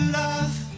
love